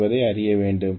என்பதை அறிய வேண்டும்